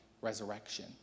Resurrection